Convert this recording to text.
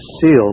sealed